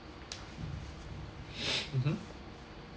mmhmm